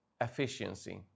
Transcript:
efficiency